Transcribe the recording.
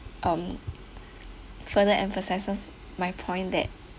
um further emphasises my point that